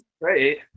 Great